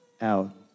out